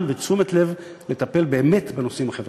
ותשומת לב לטפל באמת בנושאים החברתיים.